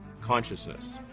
consciousness